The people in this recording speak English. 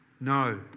No